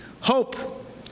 Hope